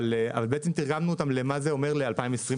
אבל בעצם תרגמנו אותם למה זה אומר ל-2023,